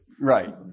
Right